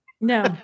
no